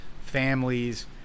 families